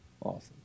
Awesome